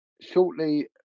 shortly